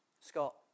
Scott